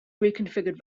reconfigured